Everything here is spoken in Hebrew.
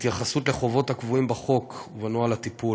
התייחסות לחובות הקבועות בחוק ובנוהל הטיפול.